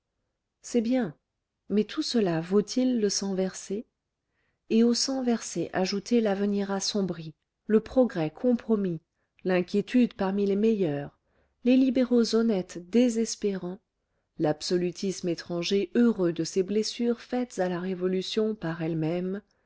c'est bien mais tout cela vaut-il le sang versé et au sang versé ajoutez l'avenir assombri le progrès compromis l'inquiétude parmi les meilleurs les libéraux honnêtes désespérant l'absolutisme étranger heureux de ces blessures faites à la révolution par elle-même